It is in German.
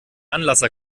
anlasser